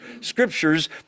scriptures